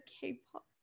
K-pop